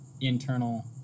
internal